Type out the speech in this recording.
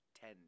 Ten